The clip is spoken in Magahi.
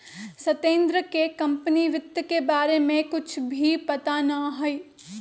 सत्येंद्र के कंपनी वित्त के बारे में कुछ भी पता ना हई